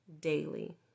daily